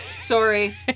Sorry